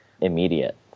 immediate